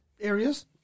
areas